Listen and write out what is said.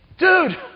dude